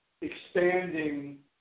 expanding